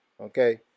Okay